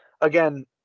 again